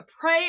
Pray